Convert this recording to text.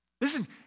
Listen